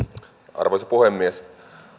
arvoisa puhemies